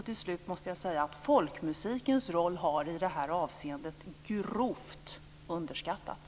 Till slut vill jag säga att folkmusikens roll i detta avseende har grovt underskattats.